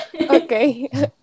Okay